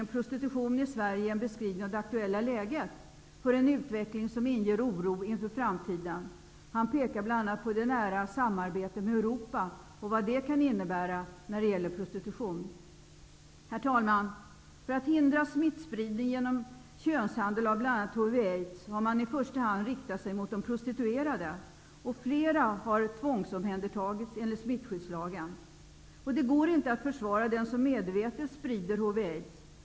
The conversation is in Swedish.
''Prostitutionen i Sverige -- en beskrivning av det aktuella läget'' för en utveckling som inger oro inför framtiden. Han pekar bl.a. på det nära samarbetet med Europa och vad det kan innebära när det gäller prostitution. Herr talman! För att hindra smittspridning genom könshandel av bl.a. HIV aids.